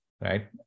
right